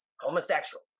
homosexual